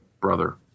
brother